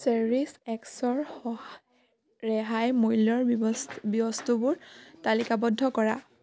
Cherish X ৰ সহা ৰেহাই মূল্যৰ ব্যৱ বস্তুবোৰ তালিকাবদ্ধ কৰা